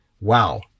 Wow